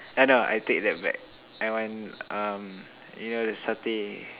uh no I take that back I want um you know the satay